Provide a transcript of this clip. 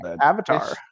Avatar